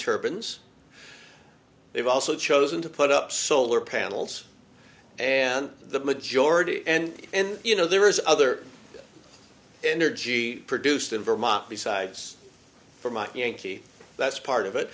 turbans they've also chosen to put up solar panels and the majority and you know there is other energy produced in vermont besides for my yankee that's part of it